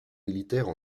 militaires